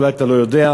אולי אתה לא יודע,